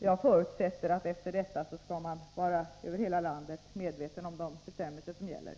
Jag förutsätter att efter detta skall man över hela landet vara medveten om de bestämmelser som gäller.